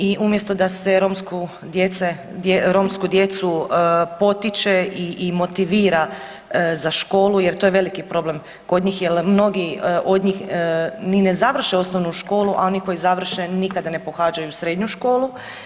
I umjesto da se romsku djecu potiče i motivira za školu, jer to je veliki problem kod njih jer mnogi od njih ni ne završe osnovnu školu, a oni koji završe nikada ne pohađaju srednju školu.